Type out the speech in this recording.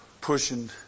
pushing